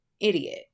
idiot